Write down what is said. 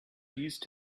used